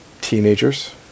teenagers